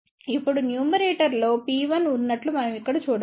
ఇప్పుడు న్యూమరేటర్లో P1 ఉన్నట్లు మనం ఇక్కడ చూడవచ్చు